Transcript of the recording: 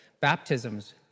baptisms